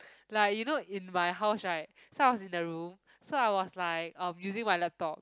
like you know in my house right so I was in the room so I was like um using my laptop